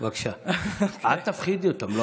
אל תפחידי אותם.